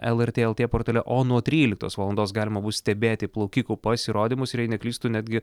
lrt lt portale o nuo tryliktos valandos galima bus stebėti plaukikų pasirodymus ir jei neklystu netgi